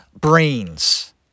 Brains